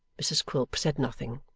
mrs quilp said nothing.